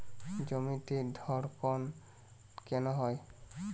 জমিতে ধড়কন কেন দেবো?